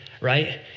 right